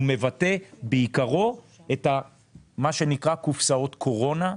הוא מבטא בעיקרו את מה שנקרא "קופסאות קורונה",